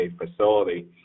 facility